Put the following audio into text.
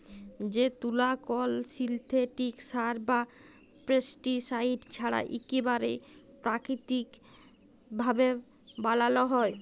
যে তুলা কল সিল্থেটিক সার বা পেস্টিসাইড ছাড়া ইকবারে পাকিতিক ভাবে বালাল হ্যয়